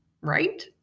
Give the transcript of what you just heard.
right